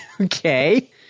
Okay